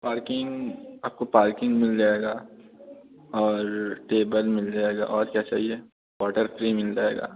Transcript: parking आपको parking मिल जाएगी और टेबल मिल जाएगा और क्या चाहिए वॉटर फ्री मिल जाएगा